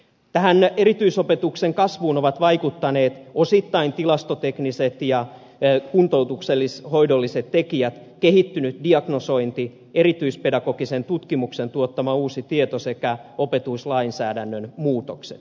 tähän erityisopetuksen kasvuun ovat vaikuttaneet osittain tilastotekniset ja kuntoutuksellis hoidolliset tekijät kehittynyt diagnosointi erityispedagogisen tutkimuksen tuottama uusi tieto sekä opetuslainsäädännön muutokset